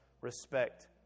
Respect